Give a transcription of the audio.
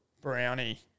Brownie